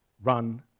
run